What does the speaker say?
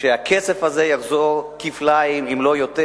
שהכסף הזה יחזור כפליים, אם לא יותר.